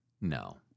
No